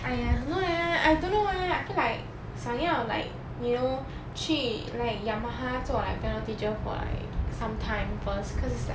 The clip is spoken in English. !aiya! I don't know leh I don't know eh I feel like 想要 like you know 去 like Yamaha 做 like piano teacher for like some time first cause it's like